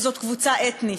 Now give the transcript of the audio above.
זה קבוצה אתנית,